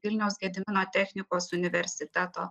vilniaus gedimino technikos universiteto